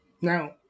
Now